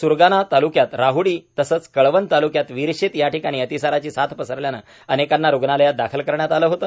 सुरगाणा तालुक्यात राहुडी तसंच कळवण तालुक्यात वीरशेत याठिकाणी अतिसाराची साथ पसरल्याने अनेकांना रूग्णालयात दाखल करण्यात आले होते